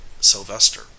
Sylvester